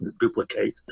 duplicate